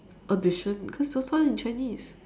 audition cause it's all in Chinese